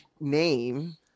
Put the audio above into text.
name